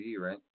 right